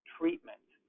treatment